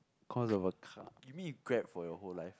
cause of a car you mean you grab for your whole life